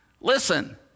Listen